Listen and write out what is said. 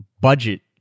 budget